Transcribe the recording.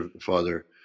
Father